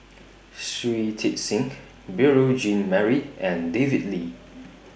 Shui Tit Sing Beurel Jean Marie and David Lee